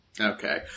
Okay